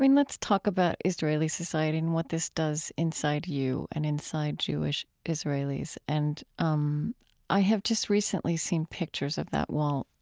let's talk about israeli society and what this does inside you and inside jewish israelis. and um i have just recently seen pictures of that wall.